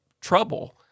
trouble